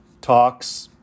talks